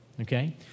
okay